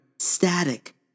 Static